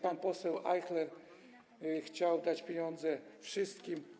Pan poseł Ajchler chciał dać pieniądze wszystkim.